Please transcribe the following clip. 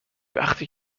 وقتی